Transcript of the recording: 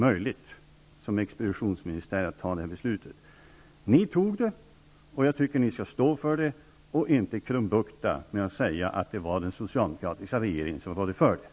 Ni tog beslutet, och jag tycker att ni skall stå för det och inte krumbukta er med att säga att det var den socialdemokratiska regeringen som rådde för det.